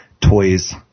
toys